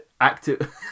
active